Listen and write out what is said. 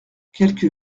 quelque